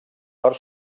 per